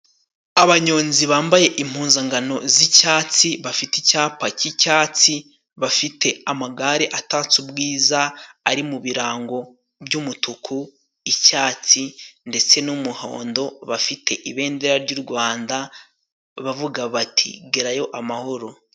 Abanyonzi bambaye impuzankano z'icyatsi, bafite icyapa cy'icyatsi, bafite, amagare atatse ubwiza ari mu birango by'umutuku n'icyatsi ndetse n'umuhondo, bafite ibendera ry'u Rwanda bavuga bati, gerayo amahoro.